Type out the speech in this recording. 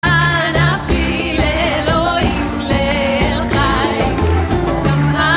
צמאה נפשי לאלוהים לאל חי